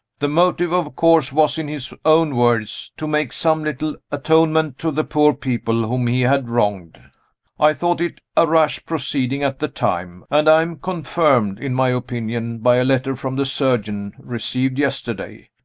the motive, of course, was, in his own words, to make some little atonement to the poor people whom he had wronged i thought it a rash proceeding at the time and i am confirmed in my opinion by a letter from the surgeon, received yesterday.